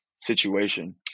situation